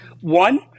one